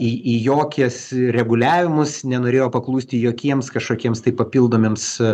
į jokias reguliavimus nenorėjo paklusti jokiems kažkokiems tai papildomiems